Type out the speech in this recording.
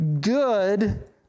Good